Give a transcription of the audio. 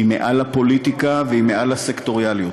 היא מעל הפוליטיקה והיא מעל הסקטוריאליות.